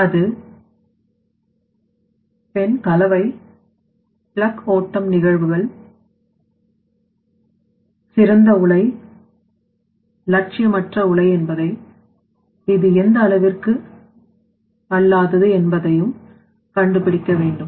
அது பின்கலவை பிளாக் ஓட்டம் நிகழ்வுகள் இது சிறந்த உலை அது இலட்சியம் அற்ற உலைஎன்பதை இது எந்த அளவிற்கு அல்லாதது என்பதையும் கண்டுபிடிக்க வேண்டும்